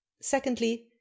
secondly